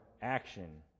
action